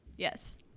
Yes